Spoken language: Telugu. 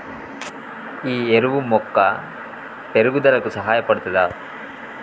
ఈ ఎరువు మొక్క పెరుగుదలకు సహాయపడుతదా?